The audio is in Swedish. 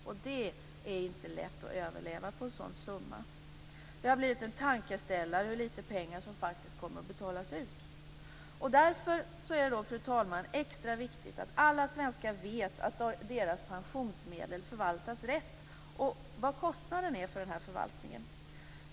Och det är inte lätt att överleva på en sådan summa. Det blir en tankeställare hur lite pengar som faktiskt kommer att betalas ut. Fru talman! Därför är det extra viktigt att alla svenskar vet att deras pensionsmedel förvaltas rätt och vad kostnaden för denna förvaltning är.